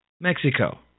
Mexico